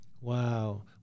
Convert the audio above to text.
wow